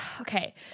okay